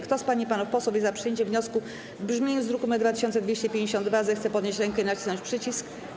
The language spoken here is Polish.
Kto z pań i panów posłów jest za przyjęciem wniosku w brzmieniu z druku nr 2252, zechce podnieść rękę i nacisnąć przycisk.